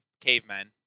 cavemen